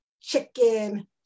chicken